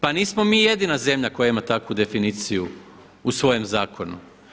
Pa nismo mi jedina zemlja koja ima takvu definiciju u svojem zakonu.